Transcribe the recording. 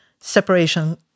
separation